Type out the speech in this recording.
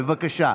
בבקשה.